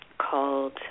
Called